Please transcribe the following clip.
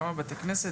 כמה בתי כנסת,